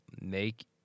make